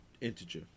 integer